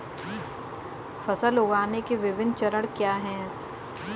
फसल उगाने के विभिन्न चरण क्या हैं?